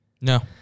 No